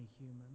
human